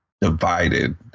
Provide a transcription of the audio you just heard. divided